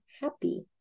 happy